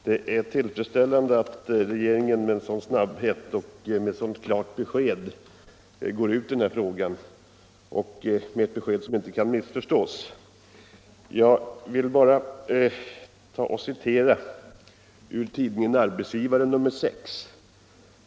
Herr talman! Jag ber att få tacka statsrådet Leijon för svaret. Det är tillfredsställande att regeringen svarat på frågan med sådan snabbhet och med ett så klart besked — det kan inte missförstås. Låt mig citera ur tidningen Arbetsgivaren nr 6.